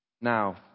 now